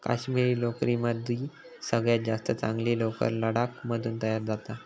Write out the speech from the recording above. काश्मिरी लोकरीमदी सगळ्यात जास्त चांगली लोकर लडाख मधून तयार जाता